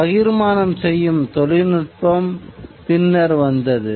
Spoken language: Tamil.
பகிர்மானம் செய்யும் தொழில்ல்நுட்பம் பின்னர் வந்தது